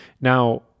now